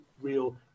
real